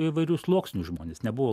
įvairių sluoksnių žmonės nebuvo